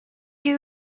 you